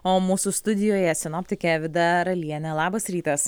o mūsų studijoje sinoptikė vida ralienė labas rytas